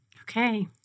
Okay